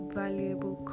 valuable